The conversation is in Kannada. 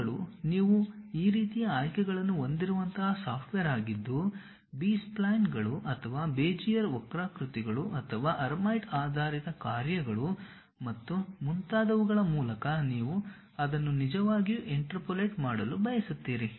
ಇವುಗಳು ನೀವು ಈ ರೀತಿಯ ಆಯ್ಕೆಗಳನ್ನು ಹೊಂದಿರುವಂತಹ ಸಾಫ್ಟ್ವೇರ್ ಆಗಿದ್ದು ಬಿ ಸ್ಪ್ಲೈನ್ಗಳು ಅಥವಾ ಬೆಜಿಯರ್ ವಕ್ರಾಕೃತಿಗಳು ಅಥವಾ ಹರ್ಮೈಟ್ ಆಧಾರಿತ ಕಾರ್ಯಗಳು ಮತ್ತು ಮುಂತಾದವುಗಳ ಮೂಲಕ ನೀವು ಅದನ್ನು ನಿಜವಾಗಿಯೂ ಇಂಟರ್ಪೋಲೇಟ್ ಮಾಡಲು ಬಯಸುತ್ತೀರಿ